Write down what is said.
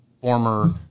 former